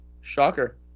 Shocker